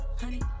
honey